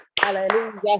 hallelujah